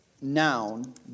noun